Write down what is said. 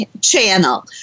channel